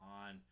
on